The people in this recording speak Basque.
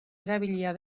erabilia